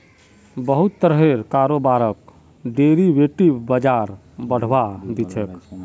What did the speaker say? बहुत तरहर कारोबारक डेरिवेटिव बाजार बढ़ावा दी छेक